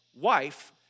wife